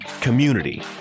community